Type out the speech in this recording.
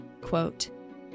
quote